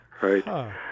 right